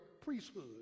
priesthood